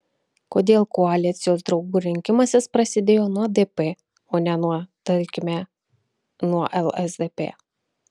kodėl koalicijos draugų rinkimasis prasidėjo nuo dp o ne nuo tarkime nuo lsdp